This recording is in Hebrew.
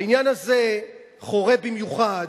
העניין הזה חורה במיוחד,